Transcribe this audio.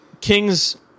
Kings